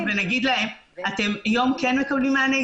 ונגיד להם אתם יום כן מקבלים מענה,